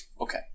Okay